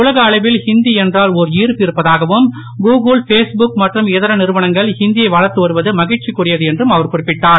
உலக அளவில் ஹிந்தி என்றால் ஒர் ஈர்ப்பு இருப்பதாகவும் கூகுள் பேஸ்புக் மற்றும் இதர நிறுவனங்கள் ஹிந்தி யை வளர்த்து வருவது மகிழ்ச்சிக்குரியது என்றும் அவர் குறிப்பிட்டார்